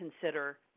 consider